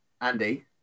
Andy